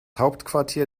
hauptquartier